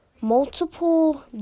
multiple